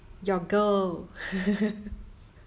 your girl